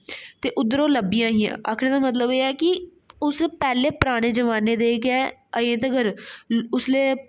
ते उद्धरों लब्भी हियां आखने दा मतलब एह् ऐ कि उस पैह्लें पराने जमाने दे गै अज्जें तक्कर उसलै